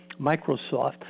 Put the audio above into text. Microsoft